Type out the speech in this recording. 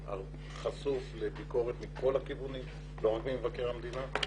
וחשוף לביקורת מכל הכיוונים ולא רק ממבקר המדינה,